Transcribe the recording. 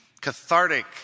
cathartic